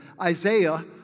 Isaiah